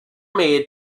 made